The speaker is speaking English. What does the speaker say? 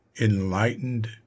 enlightened